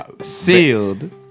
Sealed